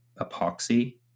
epoxy